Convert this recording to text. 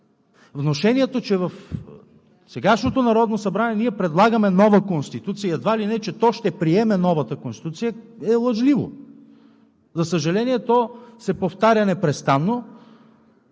Внушението, че в сегашното Народно събрание ние предлагаме нова Конституция, едва ли не, че то ще приеме новата Конституция е лъжливо. За съжаление, то се повтаря непрестанно